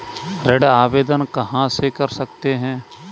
ऋण आवेदन कहां से कर सकते हैं?